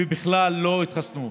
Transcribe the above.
בכלל לא התחסנו.